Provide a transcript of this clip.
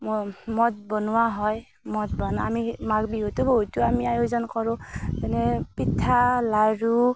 মদ বনোৱা হয় মদ বনাওঁ আমি মাঘ বিহুতো বহুতো আমি আয়োজন কৰোঁ যেনে পিঠা লাৰু